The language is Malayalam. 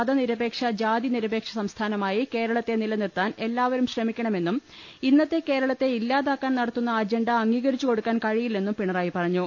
മതനിരപേക്ഷ ജാതി നിരപേക്ഷ സംസ്ഥാനമായി കേരളത്തെ നിലനിർത്താൻ എല്ലാ വരും ശ്രമിക്കണമെന്നും ഇന്നത്തെ കേരളത്തെ ഇല്ലാതാക്കാൻ നടത്തുന്ന ്അജണ്ട അംഗീകരിച്ചു കൊടുക്കാൻ കഴിയില്ലെന്നും പിണറായി പറഞ്ഞു